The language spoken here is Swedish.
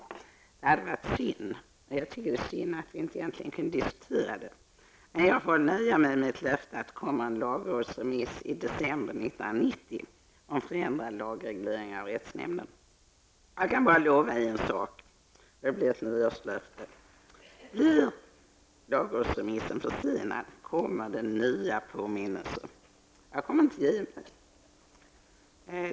Jag tycker att det egentligen är synd att vi inte kan diskutera frågan. Jag får nöja mig med ett löfte om kommande lagrådsremiss i december 1990 om förändringar i lagregler och rättsnämnden. Jag skall bara lova en sak, och det blir ett nyårslöfte: blir lagrådsremissen försenad, kommer det nya påminnelser. Jag kommer inte att ge mig.